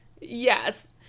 yes